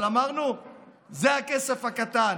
אבל אמרנו שזה הכסף הקטן,